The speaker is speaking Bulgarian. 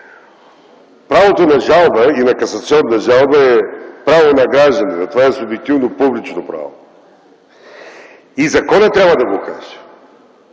Правото на жалба и на касационна жалба е право на гражданина. Това е субективно, публично право и законът трябва да го каже.